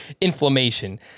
inflammation